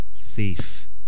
thief